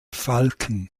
falken